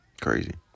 Crazy